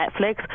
Netflix